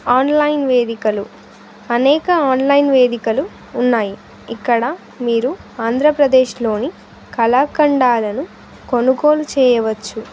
online వేదికలు అనేక online వేదికలు ఉన్నాయి ఇక్కడ మీరు ఆంధ్రప్రదేశ్లోని కళాఖండాలను కొనుగోలు చేయవచ్చు